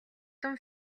том